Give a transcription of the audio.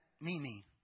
Mimi